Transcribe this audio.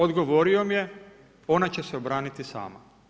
Odgovorio mi je ona će se obraniti sama.